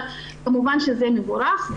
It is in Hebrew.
אבל כמובן שזה מבורך.